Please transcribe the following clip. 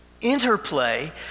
interplay